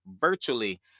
virtually